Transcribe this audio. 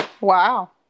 Wow